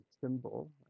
symbol